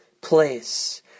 place